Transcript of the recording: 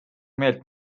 meelt